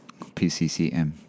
pccm